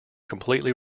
completely